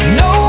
no